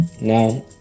Now